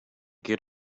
get